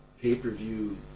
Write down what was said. pay-per-view